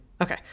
Okay